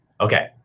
Okay